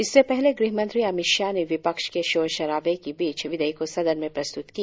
इससे पहले गृहमंत्री अमित शाह ने विपक्ष के शोर शराबे के बीच विधेयक को सदन में प्रस्तुत किया